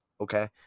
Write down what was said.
Okay